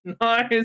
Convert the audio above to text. nice